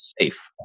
safe